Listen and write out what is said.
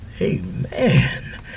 Amen